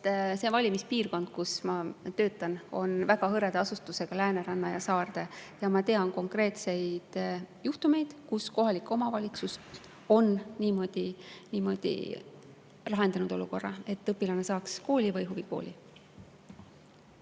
sest valimispiirkond, kus ma töötan, on väga hõreda asustusega, Lääneranna ja Saarde. Ja ma tean konkreetseid juhtumeid, kus kohalik omavalitsus on niimoodi lahendanud olukorra, et õpilane saaks kooli või huvikooli.